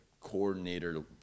coordinator